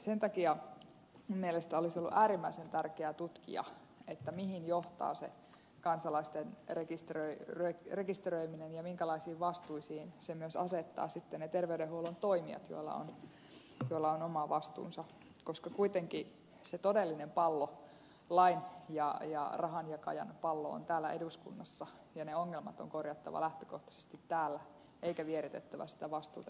sen takia minun mielestäni olisi ollut äärimmäisen tärkeää tutkia mihin johtaa se kansalaisten rekisteröiminen ja minkälaisiin vastuisiin se myös asettaa ne terveydenhuollon toimijat joilla on oma vastuunsa koska kuitenkin se todellinen pallo lain ja rahanjakajan pallo on täällä eduskunnassa ja ne ongelmat on korjattava lähtökohtaisesti täällä eikä vieritettävä sitä vastuuta jollekulle muulle